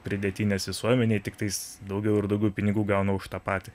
pridėtinės visuomenei tiktais daugiau ir daugiau pinigų gauna už tą patį